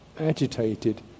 agitated